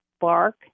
bark